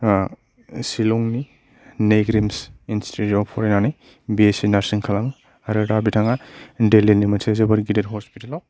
सिलंनि नेग्रिमस इन्सटिटिउटआव फरायनानै बिएससि नार्सिं खालामो आरो दा बिथांआ दिल्लीनि मोनसे जोबोर गिदिर हस्पितालआव